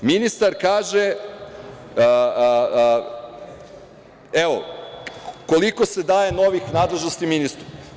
Ministar kaže, evo, koliko se daje novih nadležnosti ministru.